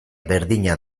berdina